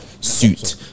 suit